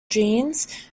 genes